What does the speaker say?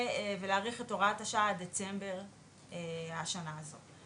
ולהאריך את הוראת השעה עד דצמבר השנה הזאת.